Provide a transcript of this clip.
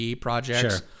projects